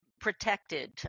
protected